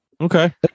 okay